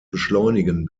beschleunigen